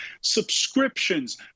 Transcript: Subscriptions